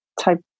type